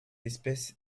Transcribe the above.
espèce